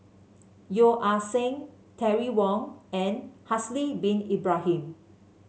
Yeo Ah Seng Terry Wong and Haslir Bin Ibrahim